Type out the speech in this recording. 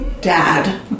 dad